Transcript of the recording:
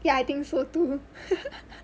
ya I think so too